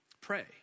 Pray